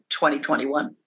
2021